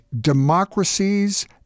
Democracies